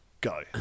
Go